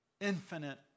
infinite